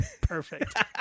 perfect